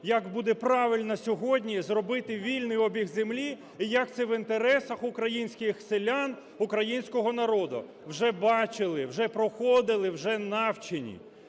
як буде правильно сьогодні зробити вільний обіг землі і як це в інтересах українських селян, українського народу. Вже бачили, вже проходили, вже навчені.